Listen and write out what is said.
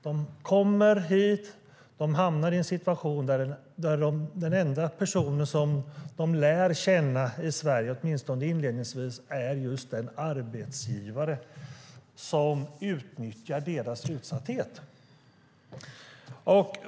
De kommer hit och hamnar i en situation där den enda person som de lär känna i Sverige, åtminstone inledningsvis, är den arbetsgivare som utnyttjar deras utsatthet.